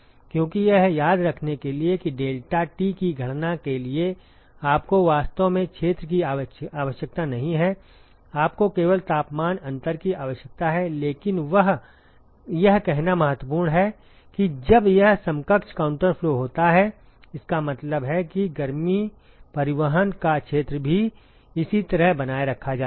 क्योंकि यह याद रखने के लिए कि deltaT की गणना के लिए आपको वास्तव में क्षेत्र की आवश्यकता नहीं है आपको केवल तापमान अंतर की आवश्यकता है लेकिन यह कहना महत्वपूर्ण है कि जब यह समकक्ष काउंटर फ्लो होता है इसका मतलब है कि गर्मी परिवहन का क्षेत्र भी इसी तरह बनाए रखा जाता है